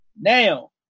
Now